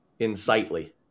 Insightly